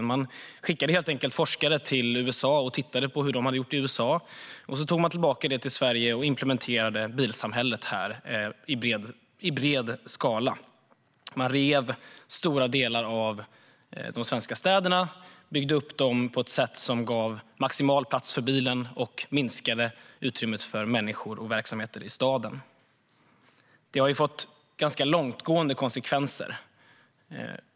Man skickade helt enkelt forskare till USA som tittade på hur man hade gjort där. Sedan tog man med sig det till Sverige och implementerade bilsamhället här i bred skala. Man rev stora delar av de svenska städerna, byggde om dem på ett sätt som gav maximal plats för bilen samtidigt som man minskade utrymmet för människor och verksamheter i staden. Detta har fått ganska långtgående konsekvenser.